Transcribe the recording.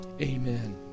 Amen